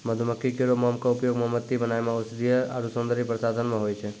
मधुमक्खी केरो मोम क उपयोग मोमबत्ती बनाय म औषधीय आरु सौंदर्य प्रसाधन म होय छै